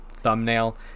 thumbnail